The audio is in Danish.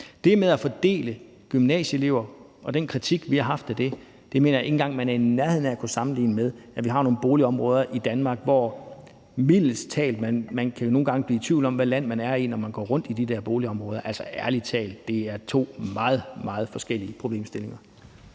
Det med at fordele gymnasieelever og den kritik, vi har haft af det, mener jeg ikke engang man er i nærheden af at kunne sammenligne med, at vi har nogle boligområder i Danmark, hvor man mildest talt nogle gange kan blive i tvivl om, hvilket land man er i, når man går rundt i de der boligområder. Ærlig talt, det er to meget, meget forskellige problemstillinger.